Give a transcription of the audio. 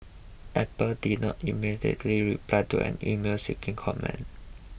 apple did not immediately reply to an email seeking comment